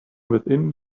within